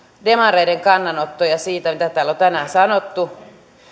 demareiden kannanottoja siitä mitä täällä on tänään sanottu